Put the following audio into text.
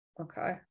okay